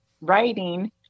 writing